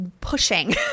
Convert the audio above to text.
pushing